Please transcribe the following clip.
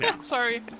Sorry